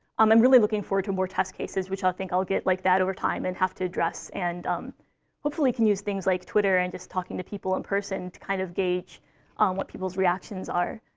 um i'm really looking forward to more test cases, which i think i'll get like that over time and have to address. and hopefully can use things like twitter and just talking to people in person to kind of gauge um what people's reactions are.